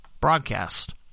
broadcast